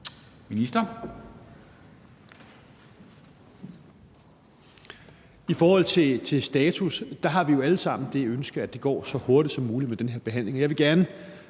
Prehn): I forhold til status har vi jo alle sammen det ønske, at det går så hurtigt som muligt med den her behandling,